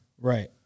Right